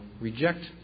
reject